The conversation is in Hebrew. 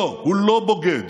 לא, הוא לא בוגד.